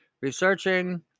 researching